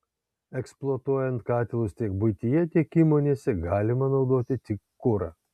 eksploatuojant katilus tiek buityje tiek įmonėse galima naudoti tik kurą